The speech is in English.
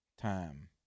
time